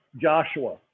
Joshua